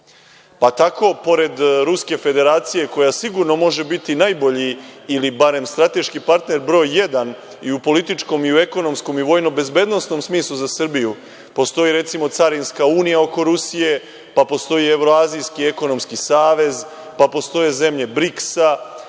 Tako pored Ruske Federacije, koja sigurno može biti najbolji ili barem strateški partner broj jedan i u političkom i u ekonomskom i vojno-bezbednosnom smislu za Srbiju, postoji, recimo, Carinska unija oko Rusije, pa postoji Evroazijski ekonomski savez, pa postoje zemlje BRIKS-a,